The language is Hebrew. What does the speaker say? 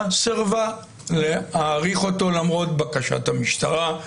סירבה להאריך אותו למרות בקשת המשטרה.